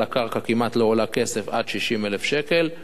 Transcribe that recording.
הקרקע כמעט לא עולה כסף עד 60,000 שקל,